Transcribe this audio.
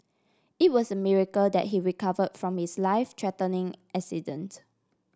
it was a miracle that he recover from his life threatening accident